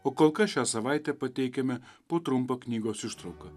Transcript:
o kol kas šią savaitę pateikiame po trumpa knygos ištrauka